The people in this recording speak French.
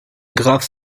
grappes